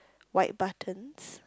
white buttons